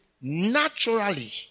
Naturally